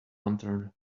lantern